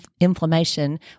inflammation